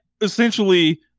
essentially